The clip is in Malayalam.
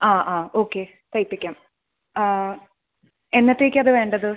ആ ആ ഓക്കേ തയ്പ്പിക്കാം എന്നത്തേക്കാണ് അത് വേണ്ടത്